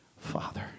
Father